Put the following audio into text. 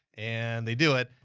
and they do it,